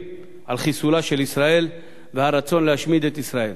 על חיסולה של ישראל והרצון להשמיד את ישראל.